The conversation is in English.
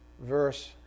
Verse